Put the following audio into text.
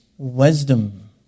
wisdom